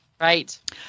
Right